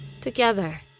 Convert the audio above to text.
together